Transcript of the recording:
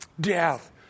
death